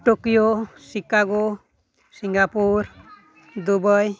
Tokyo Chicago Singapore Dubai